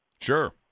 Sure